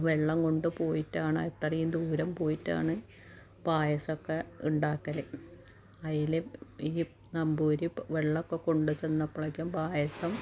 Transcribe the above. ആ വെള്ളം കൊണ്ട് പോയിട്ടാണ് ഇത്രയും ദൂരം പോയിട്ടാണ് പായസമൊക്കെ ഉണ്ടാക്കൽ അതിൽ ഈ നമ്പൂതിരി വെള്ളമൊക്ക കൊണ്ട് ചെന്നപ്പോഴേക്കും പായസം